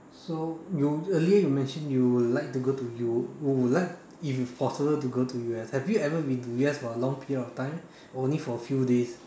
so you earlier you mention you like to go to you would like if it's possible to go to U_S have you ever been to U_S for a long period of time or only for a few days